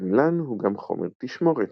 העמילן הוא גם חומר תשמורת.